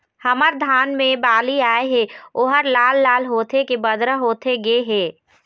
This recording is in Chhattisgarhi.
हमर धान मे बाली आए हे ओहर लाल लाल होथे के बदरा होथे गे हे?